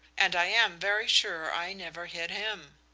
and i am very sure i never hit him.